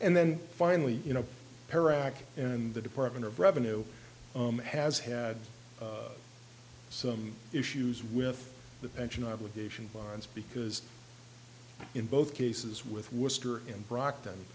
and then finally you know iraq and the department of revenue has had some issues with the pension obligation bonds because in both cases with worcester and brockton